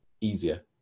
easier